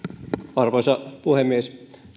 arvoisa puhemies